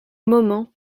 moment